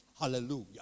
Hallelujah